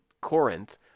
Corinth